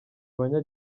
abanya